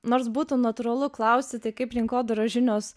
nors būtų natūralu klausti tai kaip rinkodaros žinios